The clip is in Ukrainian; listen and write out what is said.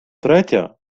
третя